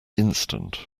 instant